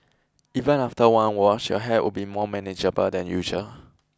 even after one wash your hair would be more manageable than usual